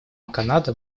канада